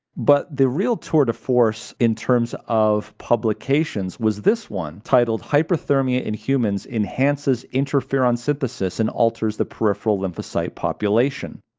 but the real tour de force in terms of publications was this one titled hyperthermia in humans enhances interferon-beta synthesis and alters the peripheral lymphocyte population.